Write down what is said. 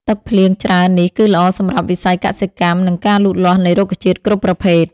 ទឹកភ្លៀងច្រើននេះគឺល្អសម្រាប់វិស័យកសិកម្ម និងការលូតលាស់នៃរុក្ខជាតិគ្រប់ប្រភេទ។